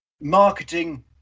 marketing